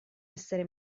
essere